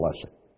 blessing